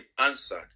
answered